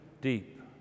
deep